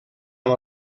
amb